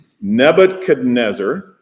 Nebuchadnezzar